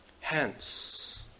Hence